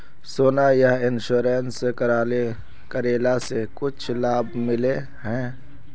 सोना यह इंश्योरेंस करेला से कुछ लाभ मिले है?